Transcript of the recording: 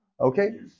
Okay